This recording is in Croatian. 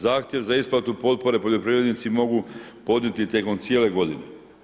Zahtjev za isplatu potpore poljoprivrednici mogu podnijeti tijekom cijele godine.